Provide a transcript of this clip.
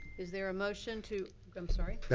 is there a motion to. i'm sorry.